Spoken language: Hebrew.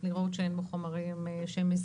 לראות שאין בו חומרים שמזיקים,